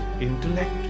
intellect